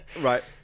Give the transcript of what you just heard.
Right